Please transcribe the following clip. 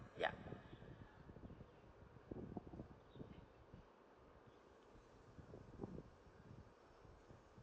yup